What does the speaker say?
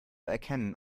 erkennen